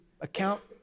account